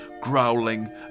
growling